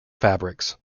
fabrics